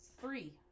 three